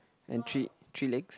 and three three legs